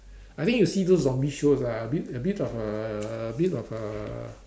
I think you see those zombie shows ah a bit a bit of uh a bit of uh